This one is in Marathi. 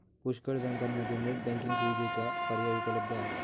पुष्कळ बँकांमध्ये नेट बँकिंग सुविधेचा पर्याय उपलब्ध आहे